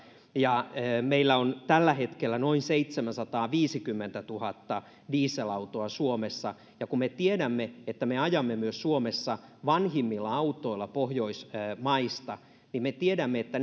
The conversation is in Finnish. meillä on tällä hetkellä noin seitsemänsataaviisikymmentätuhatta dieselautoa suomessa ja kun me tiedämme että me suomessa ajamme myös vanhimmilla autoilla pohjoismaista niin me tiedämme että